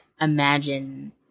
imagine